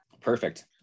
perfect